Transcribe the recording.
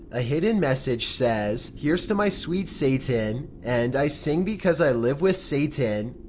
a hidden message says, here's to my sweet satan and i sing because i live with satan.